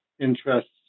interests